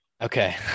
Okay